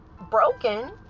broken